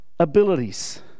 abilities